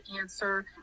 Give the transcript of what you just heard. answer